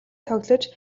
тоглож